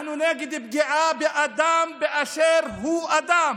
אנחנו נגד פגיעה באדם באשר הוא אדם.